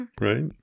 Right